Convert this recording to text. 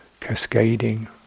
cascading